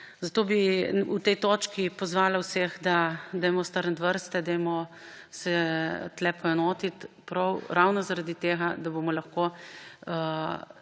Zato bi na tej točki pozvala vse, da dajmo strniti vrste, dajmo se tukaj poenotiti ravno zaradi tega, da bomo lahko